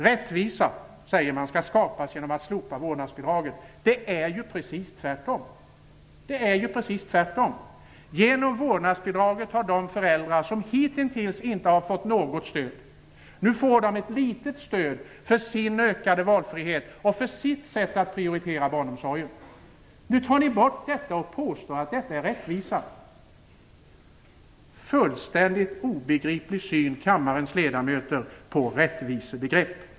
Rättvisa, säger man, skall skapas genom att slopa vårdnadsbidraget. Det är ju precis tvärtom! Genom vårdnadsbidraget har de föräldrar som hitintills inte har fått något stöd i alla fall fått ett litet stöd för sin ökade valfrihet och för sitt sätt att prioritera barnomsorgen. Nu tar ni bort detta och påstår att det är rättvisa! Fullständigt obegriplig syn på rättvisebegreppet, kammarens ledamöter!